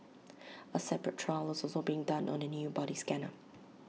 A separate trial is also being done on A new body scanner